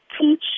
teach